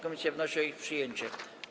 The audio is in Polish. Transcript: Komisja wnosi o ich przyjęcie.